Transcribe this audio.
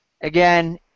again